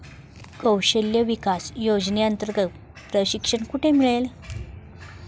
कौशल्य विकास योजनेअंतर्गत प्रशिक्षण कुठे मिळेल?